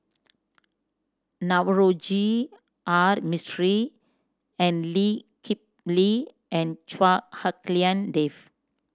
Navroji R Mistri and Lee Kip Lee and Chua Hak Lien Dave